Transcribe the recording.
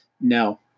no